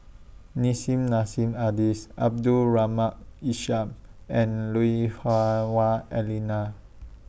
Nissim Nassim Adis Abdul Rahim Ishak and Lui Hah Wah Elena